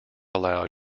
allowed